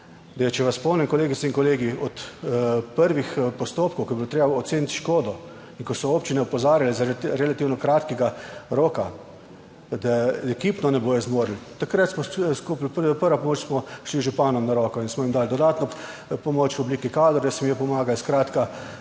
zdaj, če vas spomnim, kolegice in kolegi, od prvih postopkov, ko je bilo treba oceniti škodo in ko so občine opozarjale zaradi relativno kratkega roka, da ekipno ne bodo zmogli, takrat smo prva pomoč smo šli z županom na roko in smo jim dali dodatno pomoč v obliki kadra, da so jim pomagali. Skratka,